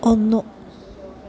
ഒന്ന്